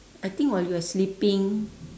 I think while you were sleeping